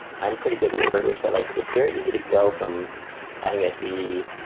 i'm pretty good with progress, but like it's very easy to go from having it be.